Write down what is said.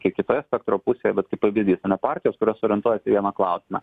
kiek kitoje spektro pusėje bet kaip pavyzdys o ne partijos kurios orientuojasi į vieną klausimą